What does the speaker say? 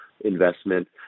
investment